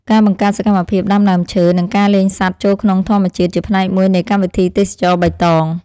ការបង្កើតសកម្មភាពដាំដើមឈើនិងការលែងសត្វចូលក្នុងធម្មជាតិជាផ្នែកមួយនៃកម្មវិធីទេសចរណ៍បៃតង។